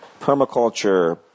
permaculture